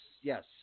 Yes